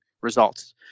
results